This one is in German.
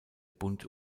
bund